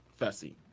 Fessy